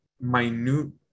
minute